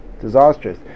disastrous